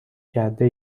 کرده